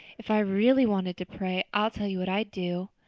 if i really wanted to pray i'll tell you what i'd do.